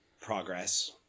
progress